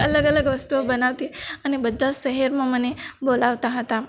અલગ અલગ વસ્તુઓ બનાવતી અને બધા શહેરમાં મને બોલાવતા હતા